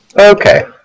Okay